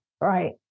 right